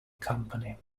company